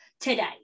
today